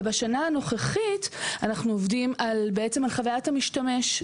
ובשנה הנוכחית אנחנו עובדים על חוויית המשתמש.